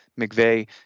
McVeigh